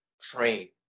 train